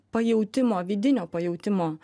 pajautimo vidinio pajautimo